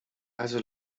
also